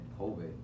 COVID